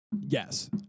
yes